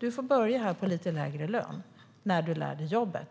någon får börja på en lägre lön medan man lär sig jobbet!